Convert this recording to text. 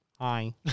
Hi